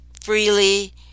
freely